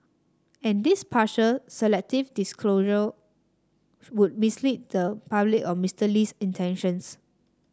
and this partial selective disclosure would mislead the public on Mister Lee's intentions